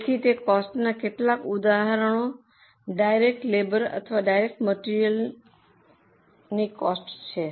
તેથી તે કોસ્ટના કેટલાક ઉદાહરણો ડાયરેક્ટ લેબોર અથવા ડાયરેક્ટ મટેરીઅલની કોસ્ટ છે